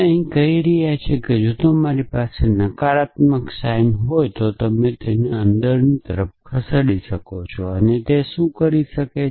અહીં આપણે કહી રહ્યા છીએ કે જો તમારી પાસે નકારાત્મક સાઇન હોય તો તમે તેને અંદરની તરફ ખસેડી શકો છો અને તે શું કરે છે